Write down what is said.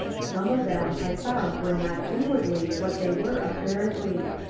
some of them i found were not inwardly what they were apparently.